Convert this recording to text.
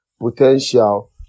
potential